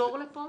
יחזור לפה